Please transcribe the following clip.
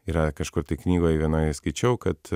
yra kažkur tai knygoj vienoj skaičiau kad